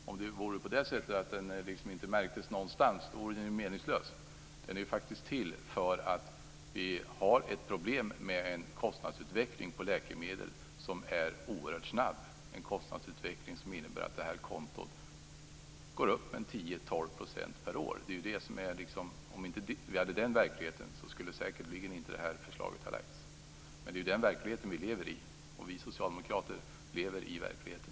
Om den inte märktes på något sätt vore den ju meningslös. Anledningen till den är ju att vi har ett problem med en kostnadsutveckling på läkemedel som är oerhört snabb - en kostnadsutveckling som innebär att det här kontot ökar en 10-12 % per år. Om vi inte hade den verkligheten, skulle säkerligen inte detta förslag ha lagts fram. Men det är ju den verkligheten vi lever i, och vi socialdemokrater lever i verkligheten.